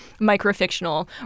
microfictional